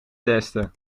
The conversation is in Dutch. testen